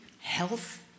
health